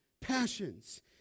Passions